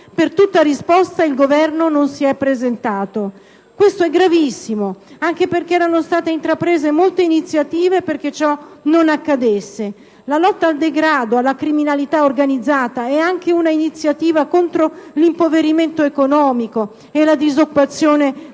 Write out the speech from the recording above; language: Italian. economico il Governo non si è presentato: questo è gravissimo anche perché erano state intraprese molte iniziative affinché ciò non accadesse. La lotta al degrado e alla criminalità organizzata è anche un'iniziativa contro l'impoverimento economico e la disoccupazione diffusa.